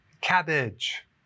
Cabbage